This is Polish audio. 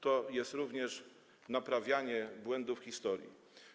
To jest również naprawianie błędów historii.